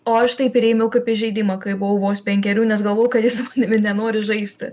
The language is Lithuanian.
o aš tai priėmiau kaip įžeidimą kai buvau vos penkerių nes galvojau kad ji su manimi nenori žaisti